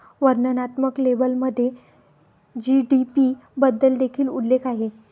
वर्णनात्मक लेबलमध्ये जी.डी.पी बद्दल देखील उल्लेख आहे